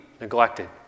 neglected